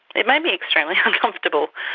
it made me extremely uncomfortable,